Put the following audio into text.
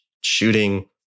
shooting